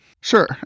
Sure